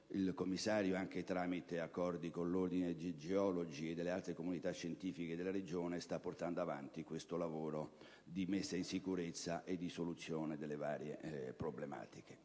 il commissario, anche tramite accordi con l'Ordine dei geologi e con le altre comunità scientifiche della Regione, sta portando avanti questo lavoro di messa in sicurezza e di soluzione delle varie problematiche.